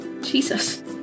Jesus